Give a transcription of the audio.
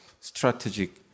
strategic